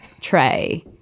tray